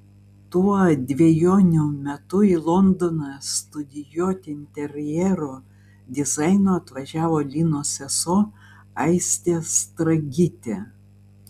tuo dvejonių metu į londoną studijuoti interjero dizaino atvažiavo linos sesuo aistė stragytė